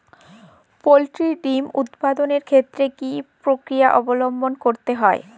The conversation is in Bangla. পোল্ট্রি ডিম উৎপাদনের ক্ষেত্রে কি পক্রিয়া অবলম্বন করতে হয়?